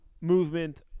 movement